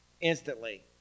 instantly